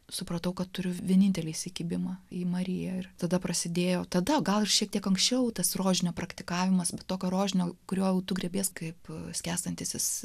supratau kad turiu vienintelį įsikibimą į mariją ir tada prasidėjo tada gal ir šiek tiek anksčiau tas rožinio praktikavimas tokio rožinio kurio jau tu griebies kaip skęstantysis